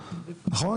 נכון?